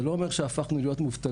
זה לא אומר שהפכנו להיות מובטלים,